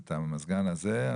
את המזגן הזה,